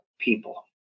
people